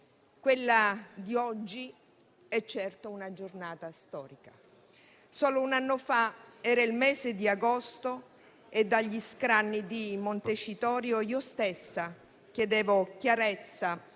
quella di oggi è certo una giornata storica. Solo un anno fa, era il mese di agosto, e dagli scranni di Montecitorio io stessa chiedevo chiarezza